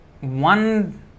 one